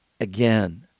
Again